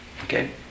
Okay